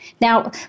Now